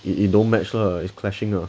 it don't match lah it's clashing lah